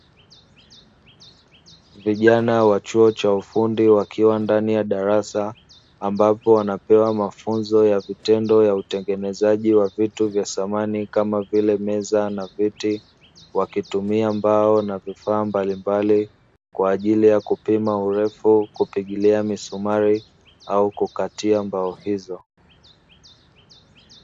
Vijana wa chuo cha ufundi wakiwa ndani ya darasa ambapo wanapewa mafunzo ya vitendo ya utengenezaji wa vitu vya thamani kama vile, meza na viti wakitumia mbao na vifaa mbalimbali kwa ajili ya kupima urefu, kupigilia misumari au kukatia mbao hizo.